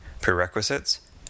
Prerequisites